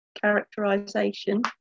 characterisation